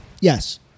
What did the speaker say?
Yes